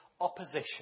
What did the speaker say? opposition